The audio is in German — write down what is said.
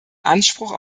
anspruch